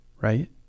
right